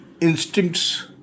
instincts